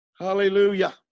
Hallelujah